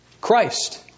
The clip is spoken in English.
Christ